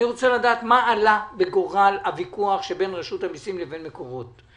אני רוצה לדעת מה עלה בגורל הוויכוח שבין רשות המיסים לבין מקורות.